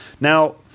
Now